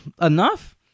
enough